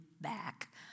back